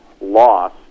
loss